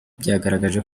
byagaragaje